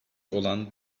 olan